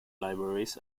libraries